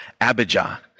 Abijah